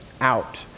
out